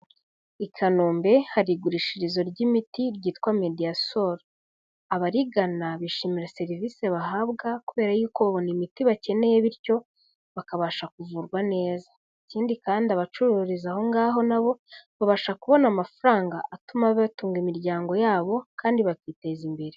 I Kanombe hari igurishirizo ry'imiti ryitwa Mediasol, abarigana bishimira serivisi bahabwa kubera yuko babona imiti bakeneye bityo bakabasha kuvurwa neza, ikindi kandi abacururiza ahongaho na bo babasha kubona amafaranga, atuma batunga imiryango yabo, kandi bakiteza imbere.